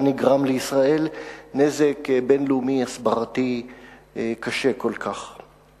נגרם לישראל נזק בין-לאומי הסברתי קשה כל כך.